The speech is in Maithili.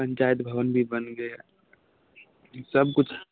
पञ्चायत भवन भी बन गया ई सभकिछु